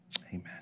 Amen